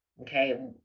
Okay